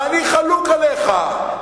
אני חלוק עליך.